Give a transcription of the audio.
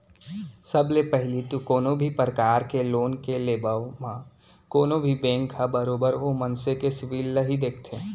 सब ले पहिली तो कोनो भी परकार के लोन के लेबव म कोनो भी बेंक ह बरोबर ओ मनसे के सिविल ल ही देखथे